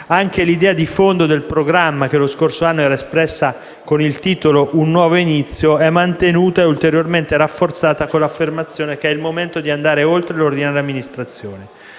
Anche l'idea di fondo del programma, che lo scorso anno era espressa con il titolo «Un nuovo inizio», è mantenuta e ulteriormente rafforzata con l'affermazione che è il momento di andare oltre l'ordinaria amministrazione.